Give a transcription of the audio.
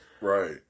Right